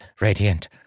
Radiant